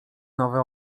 nowe